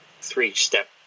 three-step